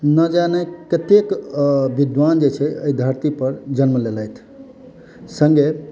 ना जाने कतेक विद्वान जे छै एहि धरती पर जन्म लेलथि सङ्गे